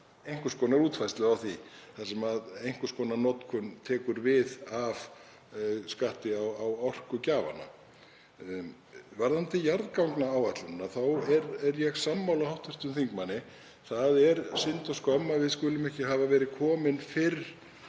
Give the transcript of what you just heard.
en seinna, útfærslu á því þar sem einhvers konar notkun tekur við af skatti á orkugjafana. Varðandi jarðgangaáætlun þá er ég sammála hv. þingmanni að það er synd og skömm að við skulum ekki hafa verið komin fyrr